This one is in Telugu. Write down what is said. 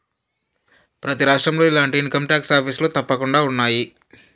ప్రతి రాష్ట్రంలో ఇలాంటి ఇన్కంటాక్స్ ఆఫీసులు తప్పకుండా ఉన్నాయి